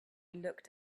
looked